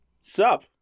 Sup